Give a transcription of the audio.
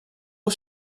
aux